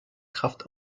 kraft